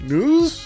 News